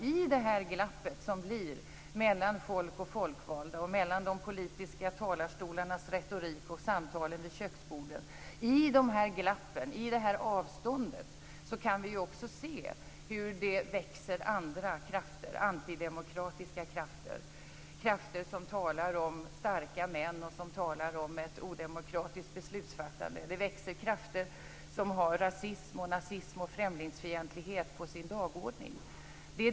I glappet mellan folk och folkvalda, i avståndet mellan de politiska talarstolarnas retorik och samtalen vid köksborden kan vi se hur andra krafter växer - antidemokratiska krafter, krafter som talar om starka män och ett odemokratiskt beslutsfattande. Det växer krafter som har rasism, nazism och främlingsfientlighet på sin dagordning.